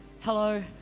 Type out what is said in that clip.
hello